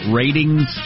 ratings